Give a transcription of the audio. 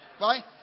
Right